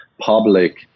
public